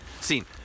seen